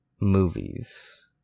movies